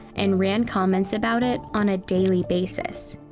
and ran comments about it on a daily basis.